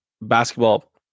basketball